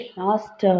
last